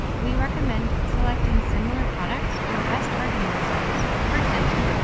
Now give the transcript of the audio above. we recommend selecting similar products for best targeting results. for example,